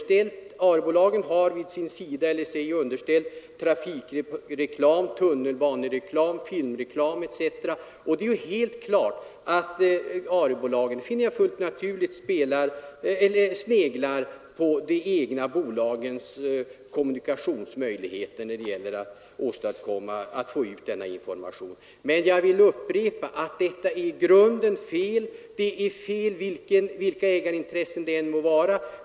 Arebolagen har sig underställd trafikreklam, tunnelbanereklam, filmreklam etc. Det är helt klart att Arebolagen — det finner jag alldeles naturligt — sneglar på de egna bolagens kommunikationsmöjligheter när det gäller att få ut denna information. Jag vill upprepa att detta förfaringssätt är i grunden fel. Det är fel att handla så, vilka ägarintressena än må vara.